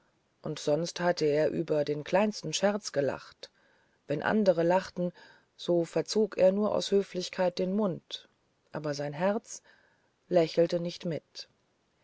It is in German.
und sonst hatte er über den kleinsten scherz gelacht wenn andere lachten so verzog er nur aus höflichkeit den mund aber sein herz lächelte nicht mit